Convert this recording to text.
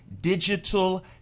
digital